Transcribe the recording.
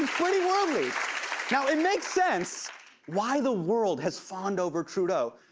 he's pretty worldly. now, it makes sense why the world has fawned over trudeau.